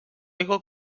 aigua